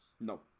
No